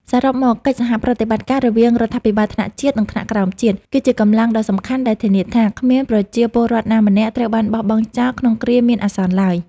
សរុបមក កិច្ចសហប្រតិបត្តិការរវាងរដ្ឋាភិបាលថ្នាក់ជាតិ និងថ្នាក់ក្រោមជាតិ គឺជាកម្លាំងដ៏សំខាន់ដែលធានាថា គ្មានប្រជាពលរដ្ឋណាម្នាក់ត្រូវបានបោះបង់ចោលក្នុងគ្រាមានអាសន្នឡើយ។